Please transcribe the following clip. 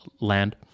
land